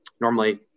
normally